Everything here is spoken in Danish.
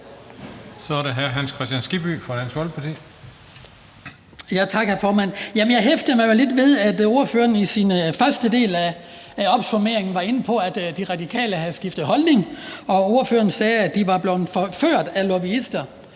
Jeg hæftede mig lidt ved, at ordføreren i sin første del af opsummeringen var inde på, at De Radikale havde skiftet holdning, og ordføreren sagde, at de var blevet forført af lobbyister.